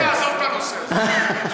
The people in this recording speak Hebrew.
בוא נעזוב את הנושא הזה.